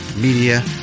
media